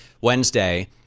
Wednesday